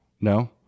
No